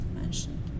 mentioned